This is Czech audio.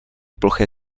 ploché